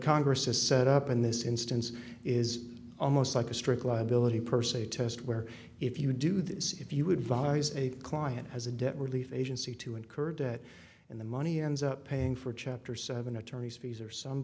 congress has set up in this instance is almost like a strict liability per se test where if you do this if you would advise a client has a debt relief agency to incur debt in the money ends up paying for chapter seven attorneys fees or some